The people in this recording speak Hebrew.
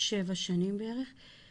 7 שנים בערך.